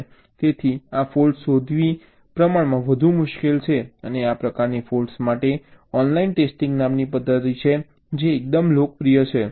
તેથી આ ફૉલ્ટ્સ શોધવી પ્રમાણમાં વધુ મુશ્કેલ છે અને આ પ્રકારની ફૉલ્ટ્સ માટે ઓનલાઇન ટેસ્ટિંગ નામની પદ્ધતિ છે જે એકદમ લોકપ્રિય છે